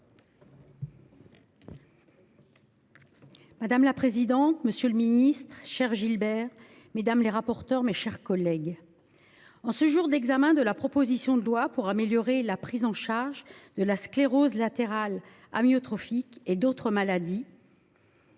Madame la présidente, monsieur le ministre, mes chers collègues, en ce jour d’examen de la proposition de loi pour améliorer la prise en charge de la sclérose latérale amyotrophique et d’autres maladies